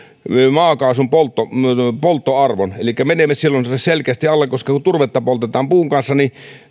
maakaasun polttoarvon menee selkeästi alle sillä kun turvetta poltetaan puun kanssa niin